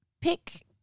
pick